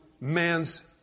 man's